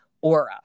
aura